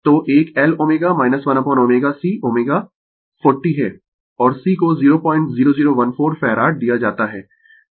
तो एक L ω 1ω C ω 40 है और C को 00014 फैराड दिया जाता है